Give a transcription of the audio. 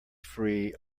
free